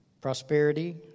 Prosperity